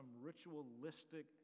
ritualistic